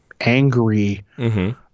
angry